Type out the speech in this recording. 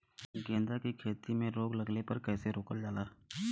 गेंदा की खेती में रोग लगने पर कैसे रोकल जाला?